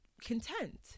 content